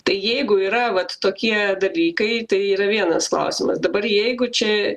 tai jeigu yra vat tokie dalykai tai yra vienas klausimas dabar jeigu čia